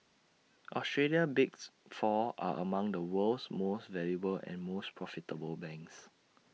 Australia's bigs four are among the world's most valuable and most profitable banks